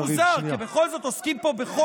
לא, זה די מוזר, כי בכל זאת עוסקים פה בחוק